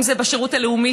אם זה בשירות הלאומי,